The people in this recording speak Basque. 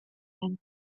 zen